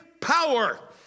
power